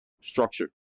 Structure